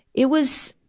it was,